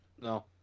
No